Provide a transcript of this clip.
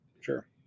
sure